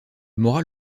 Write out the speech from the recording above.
moral